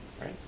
Right